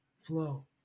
flow